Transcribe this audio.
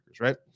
right